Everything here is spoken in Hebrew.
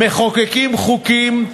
מחוקקים חוקים,